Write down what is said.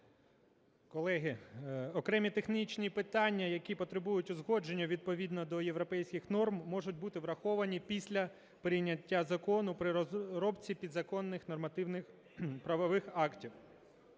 Колеги, окремі технічні питання, які потребують узгодження відповідно до європейських норм, можуть бути враховані після прийняття закону при розробці підзаконних нормативно-правових актів.